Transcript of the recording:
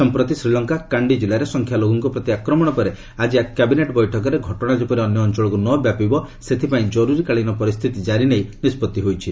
ସଂପ୍ରତି ଶ୍ରୀଲଙ୍କା କାଣ୍ଡି ଜିଲ୍ଲାରେ ସଂଖ୍ୟାଲଘୁଙ୍କ ପ୍ରତି ଆକ୍ରମଣ ପରେ ଆଜି କ୍ୟାବିନେଟ୍ ବୈଠକରେ ଘଟଣା ଯେପରି ଅନ୍ୟ ଅଞ୍ଚଳକୁ ନ ବ୍ୟାପିବ ସେଥିପାଇଁ ଜରୁରୀକାଳୀନ ପରିସ୍ଥିତି ଜାରି ନେଇ ନିଷ୍ପଭି ହୋଇଛି